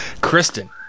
Kristen